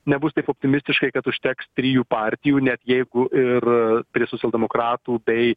nebus taip optimistiškai kad užteks trijų partijų net jeigu ir prie socialdemokratų bei